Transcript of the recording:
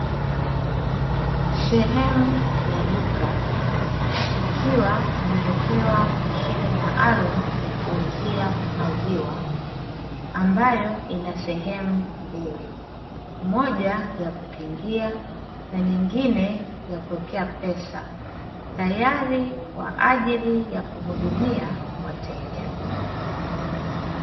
Sehemu ya duka, ikiwa imewekewa mashine maalumu ya kuuzia maziwa, ambayo ina sehemu mbili, moja ya kukingua na nyingine ya kuwekea pesa. Tayari kwa ajili ya kuhudumia wateja.